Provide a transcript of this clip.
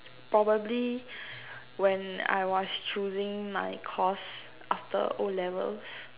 probably when I was choosing my course after O-levels